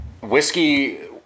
whiskey